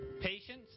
patience